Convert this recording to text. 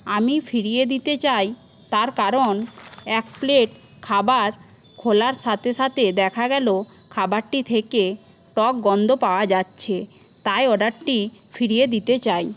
আমি ফিরিয়ে দিতে চাই তার কারণ এক প্লেট খাবার খোলার সঙ্গে সঙ্গে দেখা গেল খাবারটি থেকে টক গন্ধ পাওয়া যাচ্ছে তাই অর্ডারটি ফিরিয়ে দিতে চাই